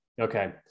okay